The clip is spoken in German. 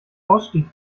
ausstieg